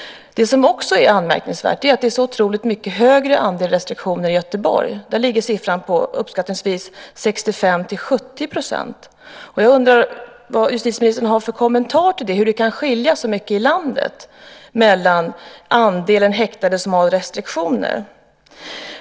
Det som också är anmärkningsvärt är att andelen som har restriktioner i Göteborg är så mycket större. Där är siffran 65-70 %. Jag undrar vad justitieministern har för kommentar till det, alltså hur det kan skilja sig åt så mycket på olika ställen i landet mellan andelen häktade som har restriktioner.